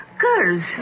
Girls